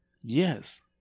Yes